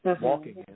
walking